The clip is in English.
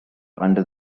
under